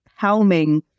helming